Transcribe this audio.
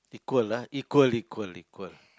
equal ah equal equal equal